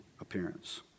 appearance